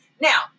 Now